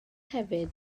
hefyd